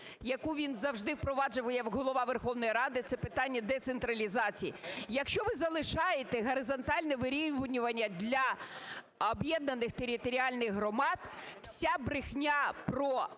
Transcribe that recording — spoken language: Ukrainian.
яку він завжди впроваджував як Голова Верховної Ради - це питання децентралізації. Якщо ви залишаєте горизонтальне вирівнювання для об'єднаних територіальних громад, вся брехня про